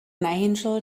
angel